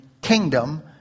kingdom